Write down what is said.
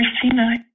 Christina